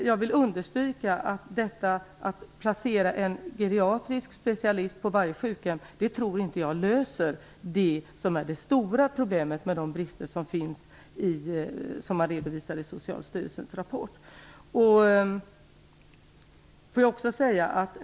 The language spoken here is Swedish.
Jag vill dock understryka att jag inte tror att man löser problemet med de brister som redovisas i Socialstyrelsens rapport genom att placera en geriatrisk specialist på varje sjukhem.